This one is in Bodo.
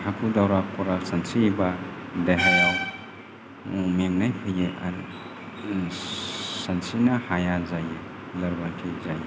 हाखु दावरा खरा सानस्रियोबा देहायाव मेंनाय फैयो आरो सानस्रिनो हाया जायो लोरबांथि जायो